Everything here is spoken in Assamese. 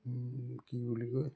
কি বুলি কয়